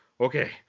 okay